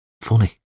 Funny